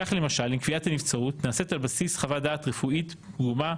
כך למשל אם כפיית הנבצרות נעשית על בסיס חוות דעת רפואית פגומה,